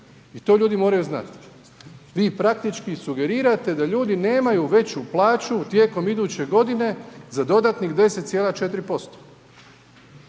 I to ljudi moraju znati. Vi praktički sugerirate da ljudi nemaju veću plaću tijekom iduće godine za dodatnih 10,4%.